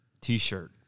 T-shirt